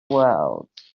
world